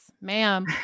ma'am